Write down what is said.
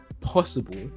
possible